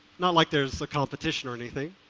not like there's a competition or anything.